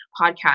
podcast